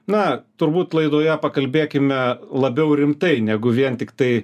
na turbūt laidoje pakalbėkime labiau rimtai negu vien tiktai